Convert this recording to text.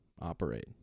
operate